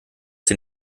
den